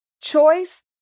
choice